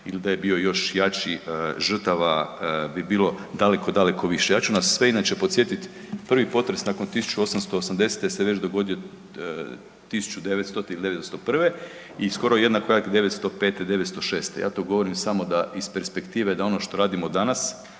ili da je bio još jači, žrtava bi bilo daleko, daleko više. Ja ću nas sve inače podsjetiti prvi potres nakon 1880. se već dogodio 1900.-te ili '901. i skoro jednako jak '905., '906., ja to govorim samo da iz perspektive, da ono što radimo danas